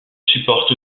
supporte